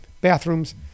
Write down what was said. bathrooms